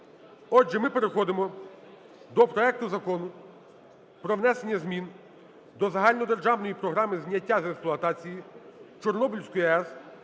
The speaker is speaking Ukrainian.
Отже, ми переходимо проекту Закону про внесення змін до Загальнодержавної програми зняття з експлуатації Чорнобильської АЕС